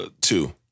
Two